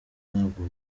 ntabwo